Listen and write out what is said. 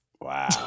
Wow